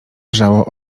wrzało